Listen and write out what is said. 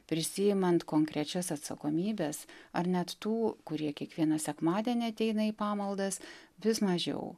prisiimant konkrečias atsakomybes ar net tų kurie kiekvieną sekmadienį ateina į pamaldas vis mažiau